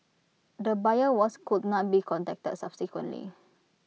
the buyer was could not be contacted subsequently